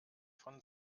von